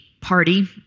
party